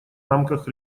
рамках